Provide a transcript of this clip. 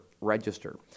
register